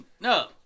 no